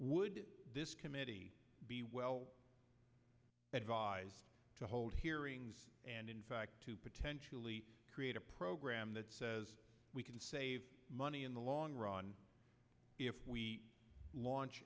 would this committee be well advised to hold hearings and in fact to potentially create a program that says we can save money in the long run if we launch